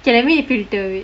okay let me filter it